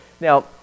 Now